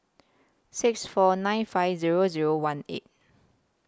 six four nine five Zero Zero one eight